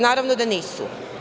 Naravno da nisu.